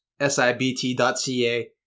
sibt.ca